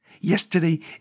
Yesterday